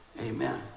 Amen